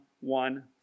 one